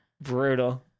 brutal